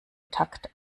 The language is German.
takt